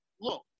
look